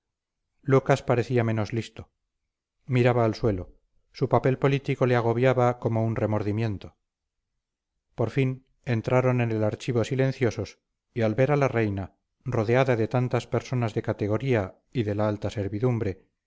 lucas parecía menos listo miraba al suelo su papel político le agobiaba como un remordimiento por fin entraron en el archivo silenciosos y al ver a la reina rodeada de tantas personas de categoría y de la alta servidumbre